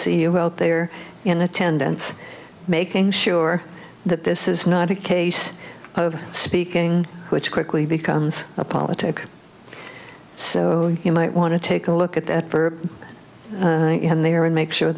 see you out there in attendance making sure that this is not a case of speaking which quickly becomes a politic so you might want to take a look at that verb and they are and make sure